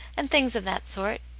and things of that sort.